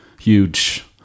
huge